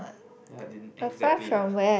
ya I didn't exactly lah